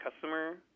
customer